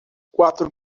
quatro